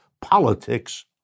politics